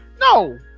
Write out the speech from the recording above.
no